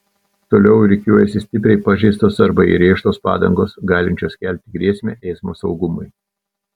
toliau rikiuojasi stipriai pažeistos arba įrėžtos padangos galinčios kelti grėsmę eismo saugumui